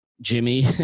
Jimmy